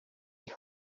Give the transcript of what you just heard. have